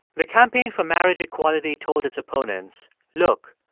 the campaign for marriage equality told its opponents, look,